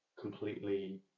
completely